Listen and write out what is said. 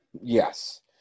Yes